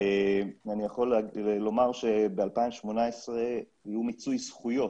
אני יכול לומר שב-2018 היה מיצוי זכויות,